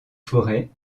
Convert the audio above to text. forêt